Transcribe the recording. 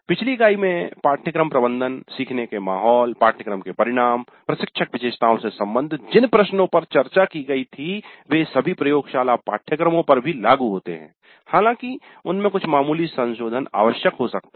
पिछली इकाई में पाठ्यक्रम प्रबंधन सीखने के माहौल पाठ्यक्रम के परिणाम प्रशिक्षक विशेषताओं से संबंधित जिन प्रश्नों पर चर्चा की गई थी वे सभी प्रयोगशाला पाठ्यक्रमों पर भी लागू होते हैं हालाँकि उनमें कुछ मामूली संशोधन आवश्यक हो सकता है